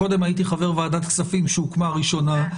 קודם הייתי חבר ועדת הכספים שהוקמה ראשונה,